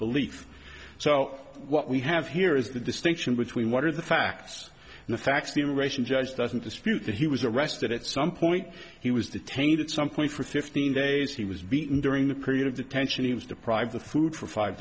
belief so what we have here is the distinction between what are the facts and the facts the immigration judge doesn't dispute that he was arrested at some point he was detained at some point for fifteen days he was beaten during the period of detention he was deprived of food for five